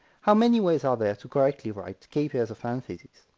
how many ways are there to correctly write k pairs of parentheses?